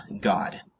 God